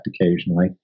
occasionally